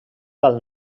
alt